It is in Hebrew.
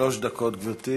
שלוש דקות, גברתי.